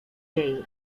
yale